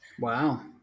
Wow